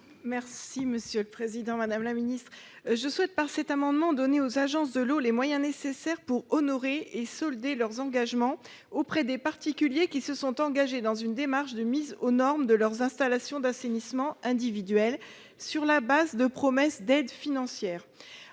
Nadia Sollogoub. Par cet amendement, je souhaite donner aux agences de l'eau les moyens nécessaires pour honorer et solder leurs engagements auprès des particuliers qui se sont engagés dans une démarche de mise aux normes de leurs installations d'assainissement individuel sur la base de promesses d'aides financières.